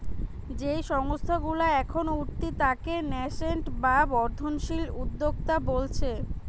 যেই সংস্থা গুলা এখন উঠতি তাকে ন্যাসেন্ট বা বর্ধনশীল উদ্যোক্তা বোলছে